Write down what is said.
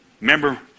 Remember